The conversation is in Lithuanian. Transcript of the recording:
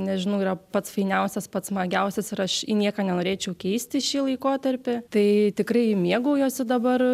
nežinau yra pats fainiausias pats smagiausias ir aš į nieką nenorėčiau keisti šį laikotarpį tai tikrai mėgaujuosi dabar